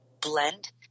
Blend